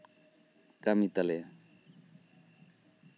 ᱠᱟᱹᱢᱤ ᱛᱟᱞᱮᱭᱟ